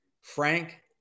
Frank